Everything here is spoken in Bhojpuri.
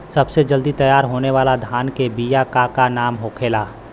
सबसे जल्दी तैयार होने वाला धान के बिया का का नाम होखेला?